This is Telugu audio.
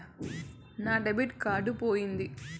నా డెబిట్ కార్డు పోయింది